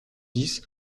dix